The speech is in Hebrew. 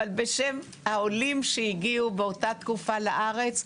אבל בשם העולים שהגיעו באותה תקופה לארץ,